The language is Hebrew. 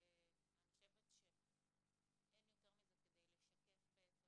ואני חושבת שאין יותר מזה כדי לשקף גם